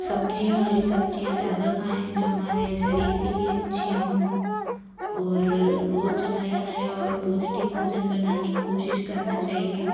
सब्ज़ियाँ हरी सब्ज़ियाँ ज़्यादा खाएँ जो हमारे शरीर के लिए अच्छी हों और रोज़ नया नया और पौष्टिक भोजन बनाने की कोशिश करना चाहिए